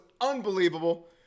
unbelievable